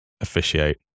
officiate